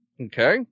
Okay